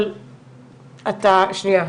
אבל אתה, שנייה,